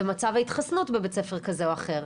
ומצב ההתחסנות בבית ספר כזה או אחר.